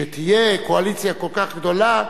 כשתהיה קואליציה כל כך גדולה,